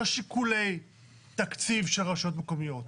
לא שיקולי תקציב של רשויות מקומיות.